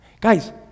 Guys